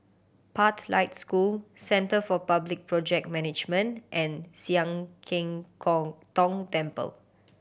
Pathlight School Centre for Public Project Management and Sian Keng Kong Tong Temple